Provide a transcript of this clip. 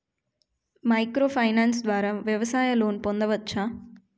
Micro finance ద్వారా వ్యవసాయ loan పొందవచ్చా?